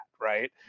right